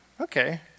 okay